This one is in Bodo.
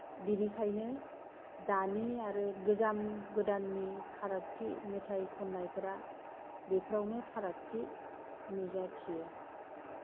बिनिखायनो दानि आरो गोजाम गोदाननि फारागथि मेथाय खन्नायफोरा बेफोरावनो फारागथि नुजाथियो